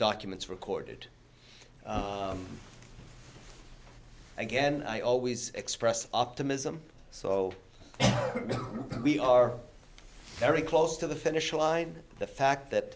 documents recorded again i always expressed optimism so we are very close to the finish line the fact that